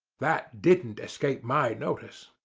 that didn't escape my notice.